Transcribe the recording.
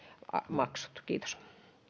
kiitos